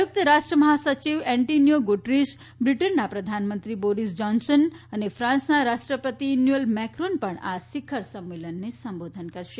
સંયુક્ત રાષ્ટ્ર મહાસચિવ એટોનિયો ગુટરીશ બ્રિટનના પ્રધાનમંત્રી બોરિસ જોનસન અને ફ્રાંસના રાષ્ટ્રપતિ ઇન્યુઅલ મેક્રોન પણ આ શિખર સંમેલનને સંબોધન કરશે